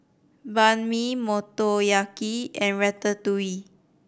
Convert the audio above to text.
Banh Mi Motoyaki and Ratatouille